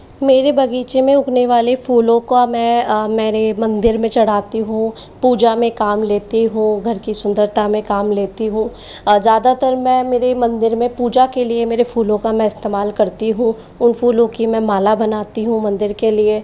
मेरे बगीचे में उगने वाले फूलों का मैं मेरे मंदिर में चढ़ाती हूँ पूजा में काम लेती हूँ घर की सुंदरता में काम लेती हूँ और ज़्यादातर मैं मेरे मंदिर में पूजा के लिए मेरे फूलों का मैं इस्तेमाल करती हूँ उन फूलों की मैं माला बनाती हूँ मंदिर के लिए